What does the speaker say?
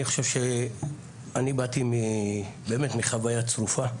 אני באתי באמת מחוויה צרופה,